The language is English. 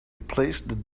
placed